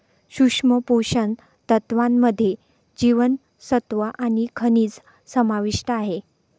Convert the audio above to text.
सूक्ष्म पोषण तत्त्वांमध्ये जीवनसत्व आणि खनिजं समाविष्ट आहे